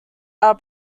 are